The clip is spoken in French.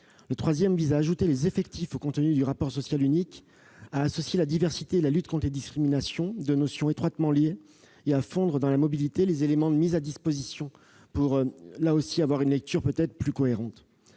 il prévoit d'ajouter les effectifs au contenu du rapport social unique, d'associer la diversité et la lutte contre les discriminations, deux notions étroitement liées, et de fondre dans la mobilité les éléments de mise à disposition en vue d'avoir une lecture plus cohérente.